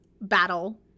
battle